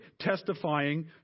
testifying